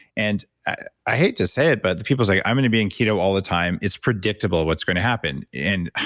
and ah i hate to say it, but the people is like, i'm going to be in keto all the time. it's predictable what's going to happen. god,